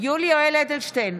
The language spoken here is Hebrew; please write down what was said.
יולי יואל אדלשטיין,